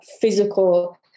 physical